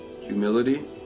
humility